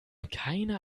keiner